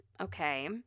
okay